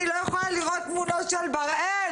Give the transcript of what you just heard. אני לא יכולה לראות תמונות של בראל,